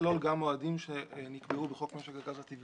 לכלול גם מועדים שנקבעו בחוק משק הגז הטבעי.